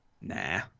Nah